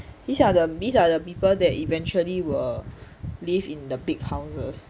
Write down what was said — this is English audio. these are the these are the people that eventually will live in the big houses